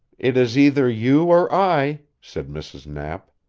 it is either you or i, said mrs. knapp.